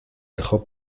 dejó